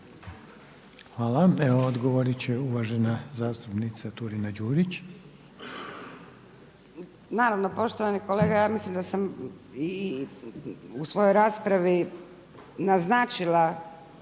Hvala. Evo odgovorit će uvažena zastupnica Turina-Đurić. **Turina-Đurić, Nada (HNS)** Naravno poštovani kolega ja mislim da sam i u svojoj raspravi naznačila